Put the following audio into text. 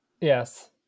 Yes